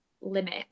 limit